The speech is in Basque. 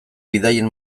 bidaien